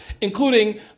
including